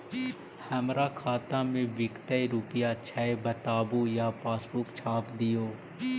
हमर खाता में विकतै रूपया छै बताबू या पासबुक छाप दियो?